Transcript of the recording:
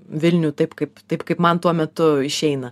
vilnių taip kaip taip kaip man tuo metu išeina